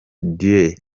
dieu